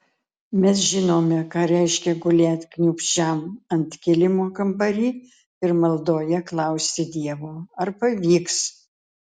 mes žinome ką reiškia gulėt kniūbsčiam ant kilimo kambary ir maldoje klausti dievo ar pavyks